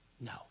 no